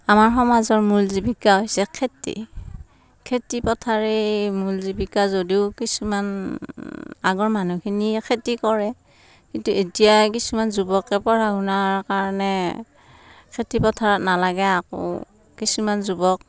আমাৰ সমাজৰ মূল জীৱিকা হৈছে খেতি খেতি পথাৰেই মূল জীৱিকা যদিও কিছুমান আগৰ মানুহখিনিয়ে খেতি কৰে কিন্তু এতিয়া কিছুমান যুৱকে পঢ়া শুনাৰ কাৰণে খেতিপথাৰত নালাগে আকৌ কিছুমান যুৱক